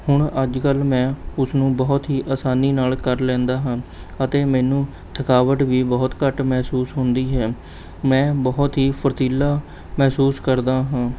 ਹੁਣ ਅੱਜ ਕੱਲ੍ਹ ਮੈਂ ਉਸ ਨੂੰ ਬਹੁਤ ਹੀ ਅਸਾਨੀ ਨਾਲ਼ ਕਰ ਲੈਂਦਾ ਹਾਂ ਅਤੇ ਮੈਨੂੰ ਥਕਾਵਟ ਵੀ ਬਹੁਤ ਘੱਟ ਮਹਿਸੂਸ ਹੁੰਦੀ ਹੈ ਮੈਂ ਬਹੁਤ ਹੀ ਫੁਰਤੀਲਾ ਮਹਿਸੂਸ ਕਰਦਾ ਹਾਂ